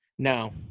No